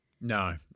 No